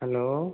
hello